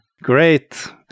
Great